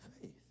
faith